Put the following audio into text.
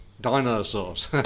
Dinosaurs